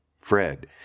Fred